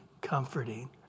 comforting